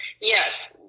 Yes